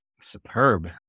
superb